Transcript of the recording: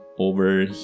over